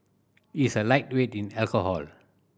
he is a lightweight in alcohol